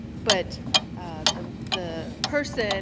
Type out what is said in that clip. but the the person